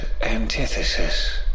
Antithesis